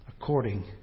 according